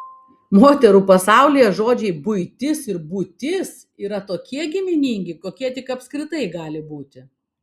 moterų pasaulyje žodžiai buitis ir būtis yra tokie giminingi kokie tik apskritai gali būti